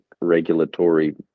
regulatory